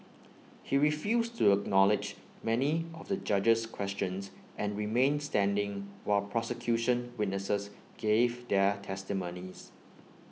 he refused to acknowledge many of the judge's questions and remained standing while prosecution witnesses gave their testimonies